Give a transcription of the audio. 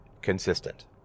consistent